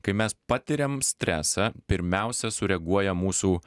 kai mes patiriam stresą pirmiausia sureaguoja mūsų